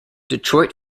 detroit